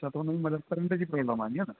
अच्छा त हुन में मतलबु करंट जी प्रोब्लम आहे इयं न